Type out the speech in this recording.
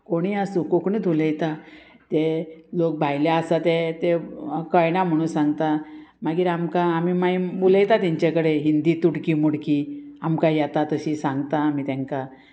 कोणीय आसूं कोंकणीत उलयता ते लोक भायले आसा ते तें कयणा म्हणून सांगता मागीर आमकां आमी मागीर उलयता तेंचे कडेन हिंदी तुडकी मुडकी आमकां येता तशी सांगता आमी तेंकां